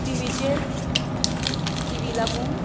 टिवीचेर टिवी लागून